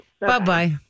bye-bye